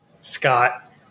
Scott